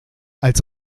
als